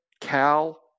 Cal